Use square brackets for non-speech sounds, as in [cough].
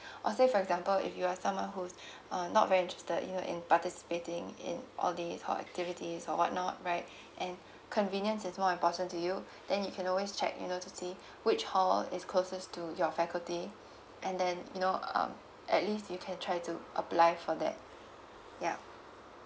[breath] or say for example if you're someone who's [breath] uh not very interested you know in participating in all these hall activities or what not right [breath] and convenience is more important to you then you can always check you know to see [breath] which hall is closest to your faculty and then you know um at least you can try to apply for that yeah